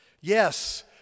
Yes